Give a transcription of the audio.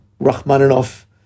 Rachmaninoff